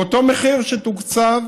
באותו מחיר שתוקצב,